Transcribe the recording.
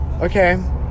Okay